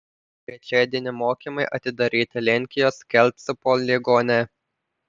trečiadienį mokymai atidaryti lenkijos kelcų poligone